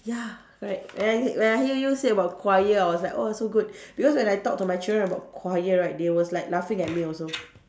ya right when I hear when I hear you say about choir I was like oh so good because when I talk to my children about choir right they was like laughing at me also